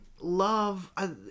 love